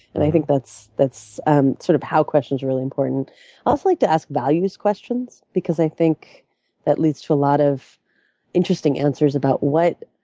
and i think that's that's um sort of how questions are really important. i also like to ask values questions because i think that leads to a lot of interesting answers about what